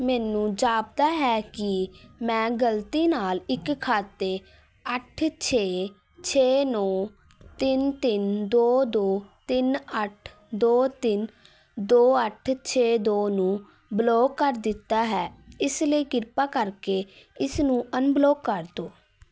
ਮੈਨੂੰ ਜਾਪਦਾ ਹੈ ਕਿ ਮੈਂ ਗਲਤੀ ਨਾਲ ਇੱਕ ਖਾਤੇ ਅੱਠ ਛੇ ਛੇ ਨੌ ਤਿੰਨ ਤਿੰਨ ਦੋ ਦੋ ਤਿੰਨ ਅੱਠ ਦੋ ਤਿੰਨ ਦੋ ਅੱਠ ਛੇ ਦੋ ਨੂੰ ਬਲੌਕ ਕਰ ਦਿੱਤਾ ਹੈ ਇਸ ਲਈ ਕਿਰਪਾ ਕਰਕੇ ਇਸਨੂੰ ਅਨਬਲੌਕ ਕਰ ਦਿਓ